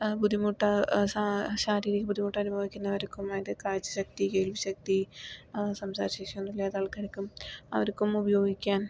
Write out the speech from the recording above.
ബുദ്ധിമുട്ട് സ ശാരീരിക ബുദ്ധിമുട്ട് അനുഭവപ്പെടുന്നവർക്കും വേണ്ടി കാഴ്ച ശക്തി കേൾവി ശക്തി സംസാര ശേഷി ഇല്ലാത്ത ആൾക്കാർക്കും അവർക്കും ഉപയോഗിക്കാൻ